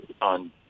on